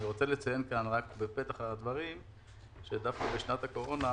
אני רוצה לציין בפתח הדברים שדווקא בשנת הקורונה,